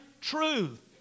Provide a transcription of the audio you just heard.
truth